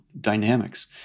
dynamics